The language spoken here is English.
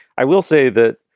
i will say that,